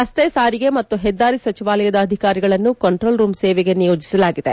ರಸ್ತೆ ಸಾರಿಗೆ ಮತ್ತು ಹೆದ್ದಾರಿ ಸಚಿವಲಯದ ಅಧಿಕಾರಿಗಳನ್ನು ಕಂಟ್ರೋಲ್ ರೂಂ ಸೇವೆಗೆ ನಿಯೋಜಿಸಲಾಗಿದೆ